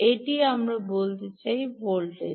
এটি আপনার চাই ভোল্টেজ